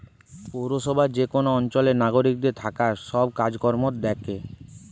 পৌরসভা যে কোন অঞ্চলের নাগরিকদের থাকার সব কাজ কর্ম দ্যাখে